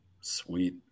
Sweet